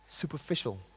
Superficial